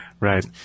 Right